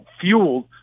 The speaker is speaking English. fueled